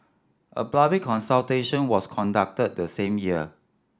a public consultation was conducted the same year